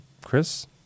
Chris